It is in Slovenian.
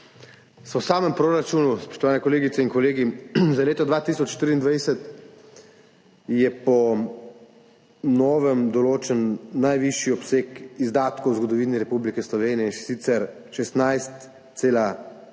V samem proračunu, spoštovane kolegice in kolegi, za leto 2023 je po novem določen najvišji obseg izdatkov v zgodovini Republike Slovenije, in sicer 16,6